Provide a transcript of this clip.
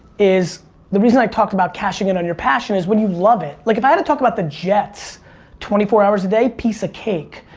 is the reason i talked about cashing in on your passion is when you love it, like if i had to talk about the jets twenty four hours a day, piece of cake.